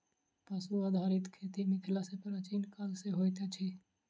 पशु आधारित खेती मिथिला मे प्राचीन काल सॅ होइत अछि